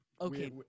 Okay